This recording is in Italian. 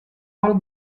val